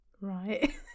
Right